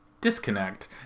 disconnect